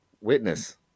Witness